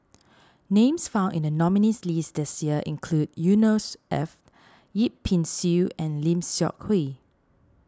names found in the nominees' list this year include Yusnor Ef Yip Pin Xiu and Lim Seok Hui